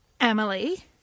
Emily